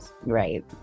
right